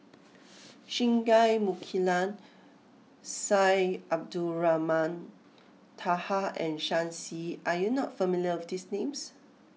Singai Mukilan Syed Abdulrahman Taha and Shen Xi are you not familiar with these names